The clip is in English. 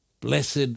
Blessed